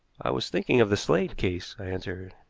i was thinking of the slade case, i answered.